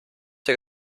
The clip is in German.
der